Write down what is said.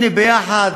הנה, יחד